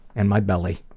and my belly,